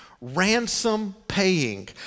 ransom-paying